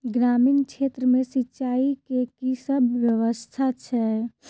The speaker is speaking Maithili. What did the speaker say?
ग्रामीण क्षेत्र मे सिंचाई केँ की सब व्यवस्था छै?